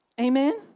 Amen